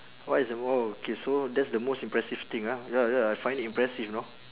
what is the okay so that's the most impressive thing ah ya ya I find it impressive know